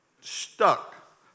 Stuck